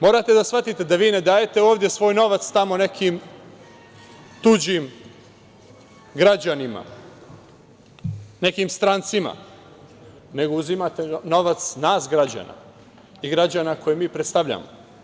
Morate da shvatite da vi ne dajete ovde svoj novac tamo nekim tuđim građanima, nekim strancima, nego uzimate novac od nas građana i građana koje mi predstavljamo.